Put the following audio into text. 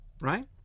right